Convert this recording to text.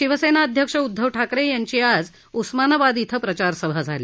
शिवसेना अध्यक्ष उद्घव ठाकरे यांची आज उस्मानाबाद इथं प्रचार सभा झाली